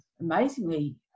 amazingly